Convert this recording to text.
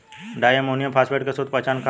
Di ammonium phosphate के शुद्ध पहचान का होखे?